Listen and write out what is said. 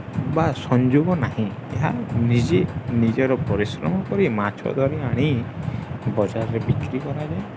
ବା ସଂଯୋଗ ନାହିଁ ଏହା ନିଜେ ନିଜର ପରିଶ୍ରମ କରି ମାଛ ଧରି ଆଣି ବଜାରରେ ବିକ୍ରି କରାଯାଏ